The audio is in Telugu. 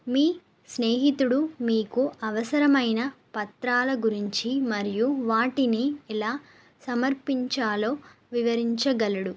మీ స్నేహితుడు మీకు అవసరమైన పత్రాల గురించి మరియు వాటిని ఇలా సమర్పించాలో వివరించగలడు